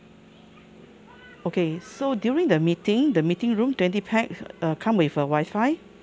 okay so during the meeting the meeting room twenty pax uh come with uh wifi